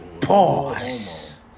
Pause